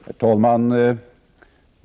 Herr talman!